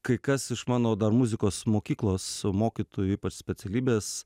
kai kas iš mano dar muzikos mokyklos mokytojų ypač specialybės